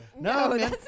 no